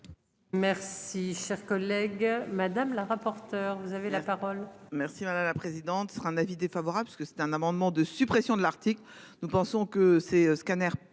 Merci cher collègue madame la rapporteure. Vous avez la parole.